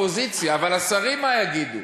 באופוזיציה, אבל השרים, מה יגידו?